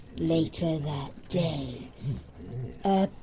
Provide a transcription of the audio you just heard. later that day ah